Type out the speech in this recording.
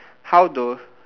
how to